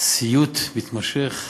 סיוט מתמשך.